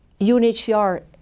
UNHCR